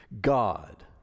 God